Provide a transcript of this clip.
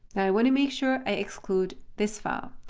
want to make sure i exclude this file.